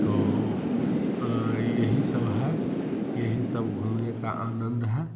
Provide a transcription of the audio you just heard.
तो यही सब है यही सब घूमने का आनंद है